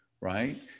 Right